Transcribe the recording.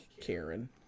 Karen